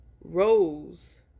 Rose